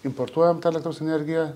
importuojam tą elektros energiją